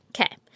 Okay